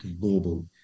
global